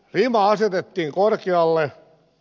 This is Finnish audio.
rima asetettiin korkealle